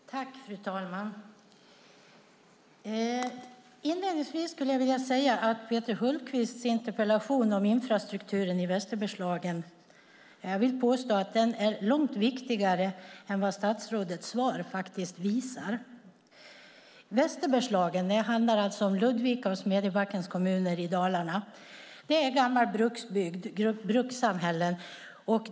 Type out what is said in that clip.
Fru talman! Inledningsvis skulle jag vilja påstå att Peter Hultqvists interpellation om infrastrukturen i Västerbergslagen är långt viktigare än vad statsrådets svar visar. Västerbergslagen - det handlar alltså om Ludvika och Smedjebackens kommuner i Dalarna - är en gammal bruksbygd. Det är gamla brukssamhällen.